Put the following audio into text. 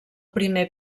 primer